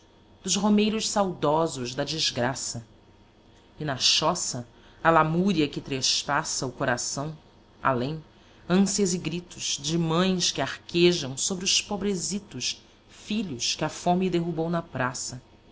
dos romeiros saudosos da desgraça e na choça a lamúria que traspassa o coração além ânsias e gritos de mães que arquejam sobre os pobrezitos filhos que a fome derrubou na praça